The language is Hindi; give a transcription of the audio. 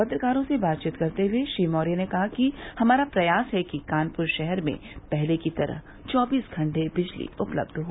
पत्रकारों से बातवीत करते हुए श्री मौर्य ने कहा कि हमारा प्रयास है कि कानपुर शहर में पहले की तरह चौबीस घंटे दिजली उपलब्ध हो